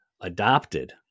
adopted